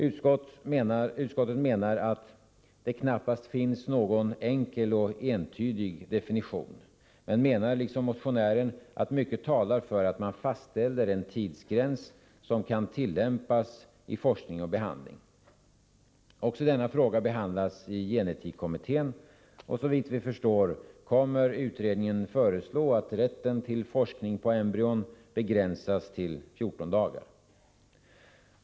Utskottet anser att det knappast finns någon enkel och entydig definition, men menar liksom motionären att mycket talar för att man fastställer en tidsgräns som kan tillämpas i forskning och behandling. Också denna fråga behandlas i gen-etikkommittén. Såvitt vi förstår kommer utredningen att föreslå att rätten till forskning på embryon begränsas till 14 dagar.